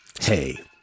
Hey